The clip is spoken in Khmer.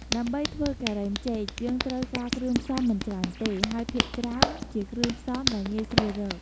ដើម្បីធ្វើការ៉េមចេក យើងត្រូវការគ្រឿងផ្សំមិនច្រើនទេ ហើយភាគច្រើនជាគ្រឿងផ្សំដែលងាយស្រួលរក។